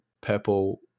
purple